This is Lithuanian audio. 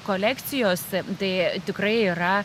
kolekcijos tai tikrai yra